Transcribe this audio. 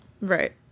right